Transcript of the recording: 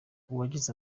uwagize